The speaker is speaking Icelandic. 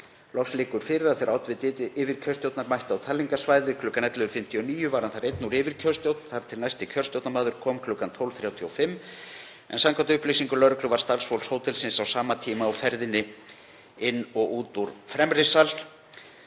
Loks liggur fyrir að þegar oddviti yfirkjörstjórnar mætti á talningarsvæðið kl. 11.59 var hann þar einn úr yfirkjörstjórn þar til næsti kjörstjórnarmaður kom kl. 12.35 en samkvæmt upplýsingum lögreglu var starfsfólk hótelsins á sama tíma á ferðinni inn og út úr fremri sal.